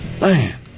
Man